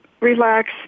relax